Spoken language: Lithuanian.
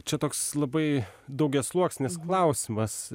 čia toks labai daugiasluoksnis klausimas